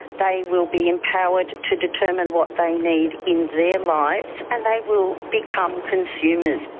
they will be empowered to determine what they need in their lives and they will become consumers.